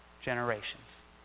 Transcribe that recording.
generations